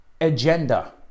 Agenda